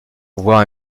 voit